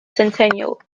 centennial